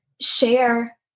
share